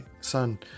son